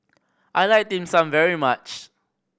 I like Dim Sum very much